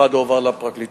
אחד הועבר לפרקליטות,